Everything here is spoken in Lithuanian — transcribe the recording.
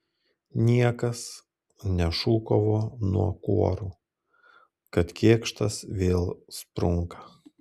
niekas nešūkavo nuo kuorų kad kėkštas vėl sprunka